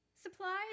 Supplies